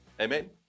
Amen